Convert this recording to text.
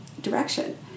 direction